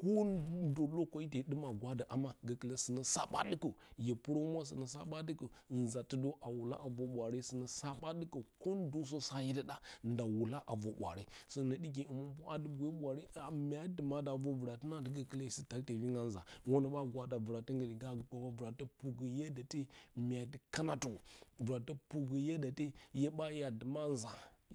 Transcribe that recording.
Kondə hye duma a gwadə ama gokulə sinə sa ɓa ɗukə hye purohumwa, sɨnə sa ɓa dukə nzatɨdəw a wula a vor bwaare, sɨnə sa ɓa dukə kondəsə a hye du ɗa nda wuba a ror bwaare, songno ɗiki həminpura a du boyə bwaare a mya ndumada a vrado na gokulə hye su tak tyefingya wono ɓaa gwada vrutə ngu vrataturun purgə myadu kana tirə, vratə purgə yada hyeɓa nduma nza